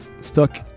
stuck